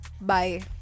Bye